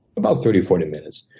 about thirty, forty minutes.